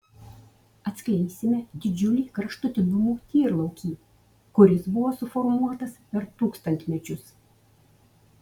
atskleisime didžiulį kraštutinumų tyrlaukį kuris buvo suformuotas per tūkstantmečius